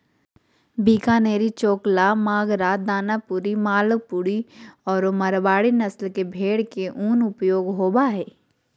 बीकानेरी, चोकला, मागरा, दानपुरी, मालपुरी आरो मारवाड़ी नस्ल के भेड़ के उन उपयोग होबा हइ